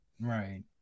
Right